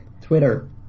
Twitter